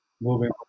moving